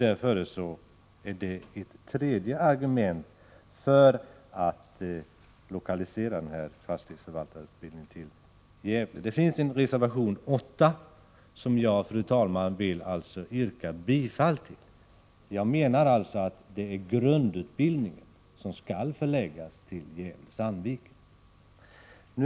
Även av det skälet är det lämpligt att lokalisera fastighetsförvaltarutbildningen till Gävle. Fru talman! Till betänkandet har fogats en reservation, nr 8, som jag vill yrka bifall till. Jag menar alltså att grundutbildningen skall förläggas till Gävle-Sandviken.